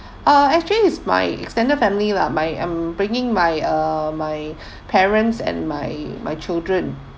uh actually is my extended family lah my I'm bringing my uh my parents and my my children